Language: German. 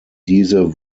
diese